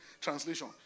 translation